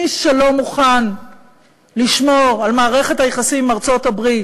מי שלא מוכן לשמור על מערכת היחסים עם ארצות-הברית